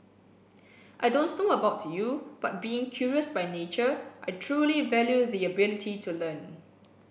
I don't know about you but being curious by nature I truly value the ability to learn